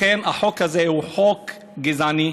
לכן, החוק הזה הוא חוק גזעני,